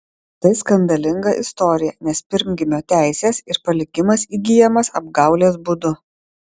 tai skandalinga istorija nes pirmgimio teisės ir palikimas įgyjamas apgaulės būdu